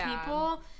people